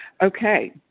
Okay